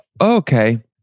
okay